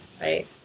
Right